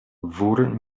wór